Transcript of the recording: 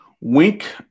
Wink